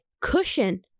cushion